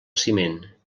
ciment